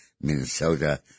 Minnesota